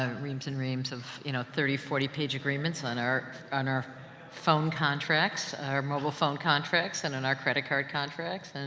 reams and reams of you know, thirty, forty page agreements on our, on our phone contracts, our mobile phone contracts, and on our credit card contracts, and